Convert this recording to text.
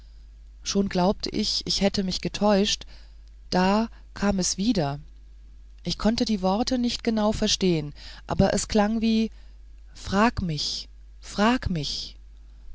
schon glaubte ich ich hätte mich getäuscht da kam es wieder ich konnte die worte nicht genau verstehen aber es klang wie frag mich frag mich